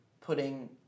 putting